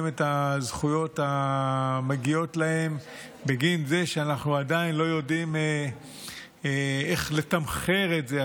את הזכויות המגיעות להם בגין זה שאנחנו עדיין לא יודעים איך לתמחר את זה,